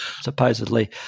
Supposedly